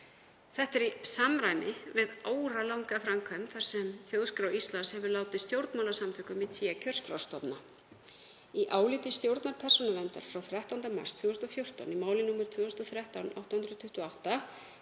Þetta er í samræmi við áralanga framkvæmd þar sem Þjóðskrá Íslands hefur látið stjórnmálasamtökum í té kjörskrárstofna. Í áliti stjórnar Persónuverndar frá 13. mars 2014 í máli nr. 2013/828